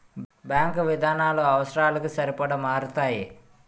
bank విధానాలు అవసరాలకి సరిపడా మారతాయి